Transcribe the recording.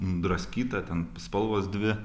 nudraskyta ten spalvos dvi